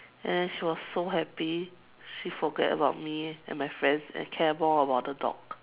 and then she was so happy she forget about me and my friends and care more about the dog